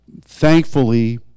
thankfully